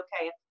okay